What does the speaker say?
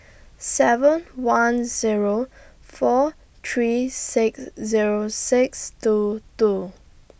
seven one Zero four three six Zero six two two